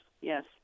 yes